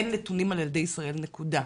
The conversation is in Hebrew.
אין נתונים על ילדי ישראל נקודה.